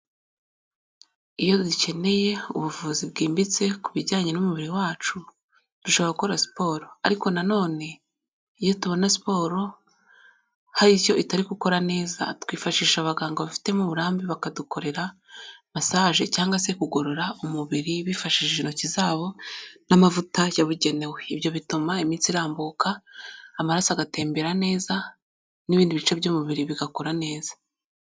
Iyo dukeneye ubuvuzi bwimbitse ku bijyanye n'umubiri wacu, dushobora gukora siporo .Ariko nanone iyo tubona siporo hari icyo itari gukora neza, twifashisha abaganga babifitemo uburambe, bakadukorera masaje cyangwa se kugorora umubiri, bifashishije intoki zabo n'amavuta yabugenewe. Ibyo bituma imitsi irambuka, amaraso agatembera neza, n'ibindi bice by'umubiri bigakora neza.